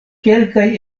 kelkaj